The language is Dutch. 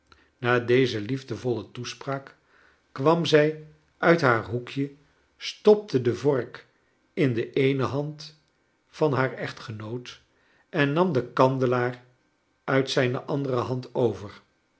na deze lief de voile toespraak kwam zij uit haar hoekje stopte de vork in de eene hand van haar echtgenoot en nam den kandelaar uit zijne andere hand over